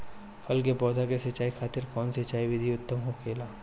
फल के पौधो के सिंचाई खातिर कउन सिंचाई विधि उत्तम होखेला?